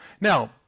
now